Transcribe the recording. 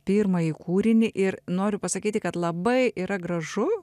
pirmąjį kūrinį ir noriu pasakyti kad labai yra gražu